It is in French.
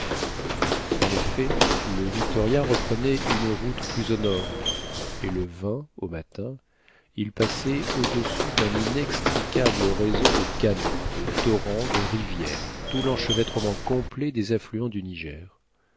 en effet le victoria reprenait une route plus au nord et le au matin il passait au-dessus d'un inextricable réseau de canaux de torrents de rivières tout l'enchevêtrement complet des affluents du niger